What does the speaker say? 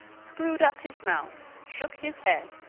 screwed up his mouth, shook his head,